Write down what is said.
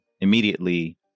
immediately